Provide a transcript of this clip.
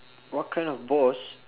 what kind of boss